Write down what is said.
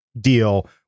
deal